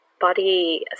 body